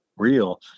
real